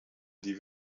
die